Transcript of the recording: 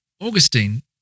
Augustine